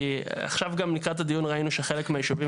כי עכשיו גם לקראת הדיון ראינו שחלק מהיישובים